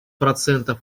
процентов